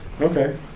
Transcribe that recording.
Okay